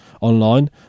online